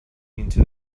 into